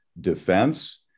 defense